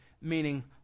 meaning